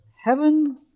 heaven